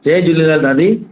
जय झूलेलाल दादी